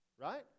Right